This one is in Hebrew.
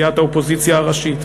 סיעת האופוזיציה הראשית.